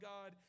God